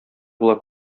була